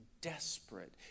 desperate